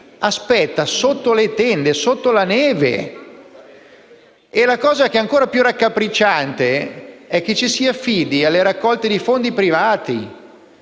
aspetta sotto le tende e sotto la neve. La cosa ancora più raccapricciante è che ci si affidi alle raccolte di fondi privati,